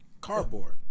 Cardboard